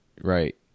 right